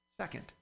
Second